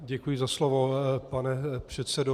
Děkuji za slovo, pane předsedo.